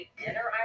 dinner